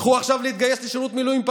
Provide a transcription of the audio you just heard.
ילכו עכשיו להתגייס לשירות מילואים פעיל?